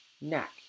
neck